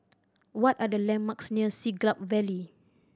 what are the landmarks near Siglap Valley